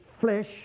flesh